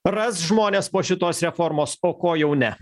ras žmonės po šitos reformos o ko jau ne